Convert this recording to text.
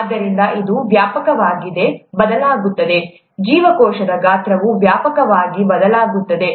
ಆದ್ದರಿಂದ ಇದು ವ್ಯಾಪಕವಾಗಿ ಬದಲಾಗುತ್ತದೆ ಜೀವಕೋಶದ ಗಾತ್ರವು ವ್ಯಾಪಕವಾಗಿ ಬದಲಾಗುತ್ತದೆ